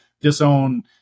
disown